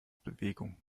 bewegung